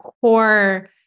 core